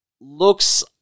looks